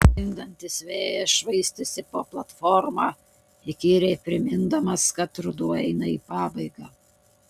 stingdantis vėjas švaistėsi po platformą įkyriai primindamas kad ruduo eina į pabaigą